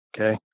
okay